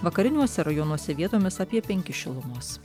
vakariniuose rajonuose vietomis apie penki šilumos